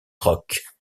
rock